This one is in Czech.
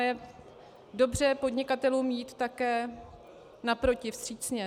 Je dobře podnikatelům jít také naproti vstřícně.